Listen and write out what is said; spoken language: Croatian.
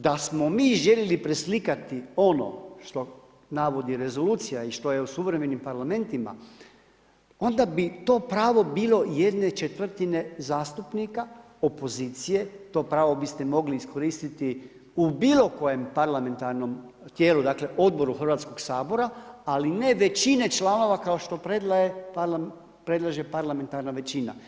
Da smo mi željeli preslikati ono što navodi rezolucija i što je u suvremenim parlamentima onda bi to pravo bilo 1/4 zastupnika opozicije, to pravo biste mogli iskoristiti u bilo kojem parlamentarnom tijelu dakle, odboru Hrvatskoga sabora, ali ne većine članova kao što predlaže parlamentarna većina.